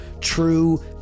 True